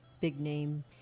big-name